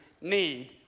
need